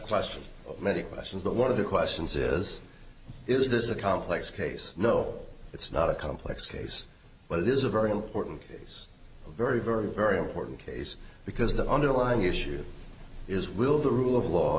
question many questions but one of the questions is is this a complex case no it's not a complex case but it is a very important case very very very important case because the underlying issue is will the rule of law